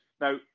Now